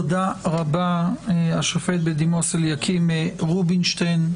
תודה רבה, השופט בדימוס אליקים רובינשטיין.